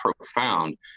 profound